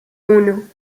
uno